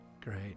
great